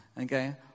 okay